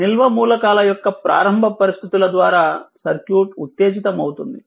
నిల్వ మూలకాల యొక్క ప్రారంభ పరిస్థితుల ద్వారా సర్క్యూట్ ఉత్తేజితమవుతుంది